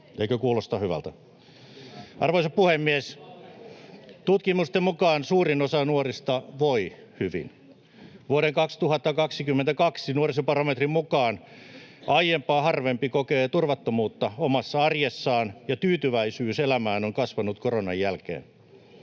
Eikö kuulosta hyvältä? Arvoisa puhemies! Tutkimusten mukaan suurin osa nuorista voi hyvin. Vuoden 2022 nuorisobarometrin mukaan aiempaa harvempi kokee turvattomuutta omassa arjessaan ja tyytyväisyys elämään on kasvanut koronan jälkeen.